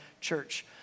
church